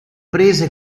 prese